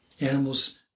animals